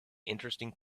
interesting